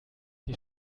die